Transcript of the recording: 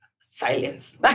silence